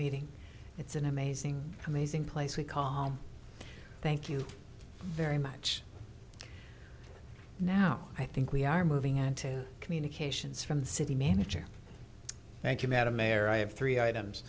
meeting it's an amazing amazing place we call thank you very much now i think we are moving on to communications from the city manager thank you madam mayor i have three items